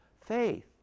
faith